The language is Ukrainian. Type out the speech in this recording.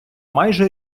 майже